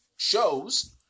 Shows